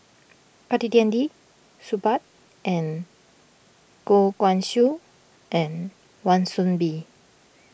Saktiandi Supaat and Goh Guan Siew and Wan Soon Bee